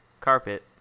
carpet